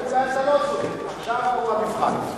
עכשיו הוא המבחן.